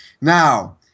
Now